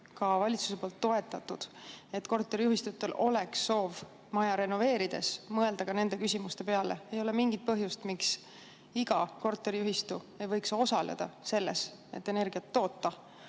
ka valitsus toetaks, et korteriühistutel oleks soov maja renoveerides mõelda ka nende küsimuste peale? Ei ole mingit põhjust, miks iga korteriühistu ei võiks osaleda selles, et energiat toota,